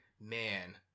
man